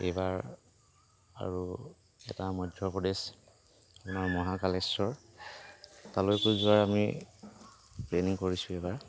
এইবাৰ আৰু এটা মধ্য প্ৰদেশ আপোনাৰ মহাকালেশ্বৰ তালৈকো যোৱাৰ আমি প্লেনিং কৰিছোঁ এইবাৰ